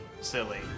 silly